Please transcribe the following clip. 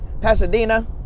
Pasadena